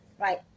right